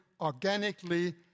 organically